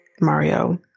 Mario